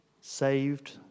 saved